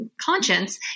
conscience